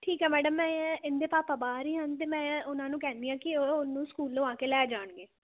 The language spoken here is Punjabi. ਠੀਕ ਆ ਮੈਡਮ ਮੈਂ ਇਹਨਾਂ ਦੇ ਪਾਪਾ ਬਾਹਰ ਹੀ ਹਨ ਅਤੇ ਮੈਂ ਉਹਨਾਂ ਨੂੰ ਕਹਿੰਦੀ ਹਾਂ ਕਿ ਉਹ ਉਹਨੂੰ ਸਕੂਲੋਂ ਆ ਕੇ ਲੈ ਜਾਣਗੇ